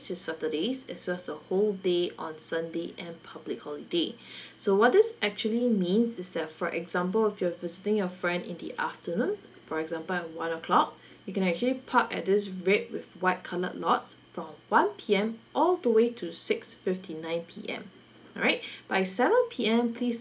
to saturdays as well as the whole day on sunday and public holiday so what this actually means is that for example if you're visiting your friend in the afternoon for example at one o'clock you can actually park at this red with white coloured lots from one P_M all the way to six fifty nine P_M alright by seven P_M please